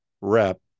rep